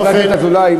חבר הכנסת אזולאי,